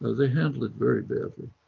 ah they handle it very badly.